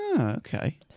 Okay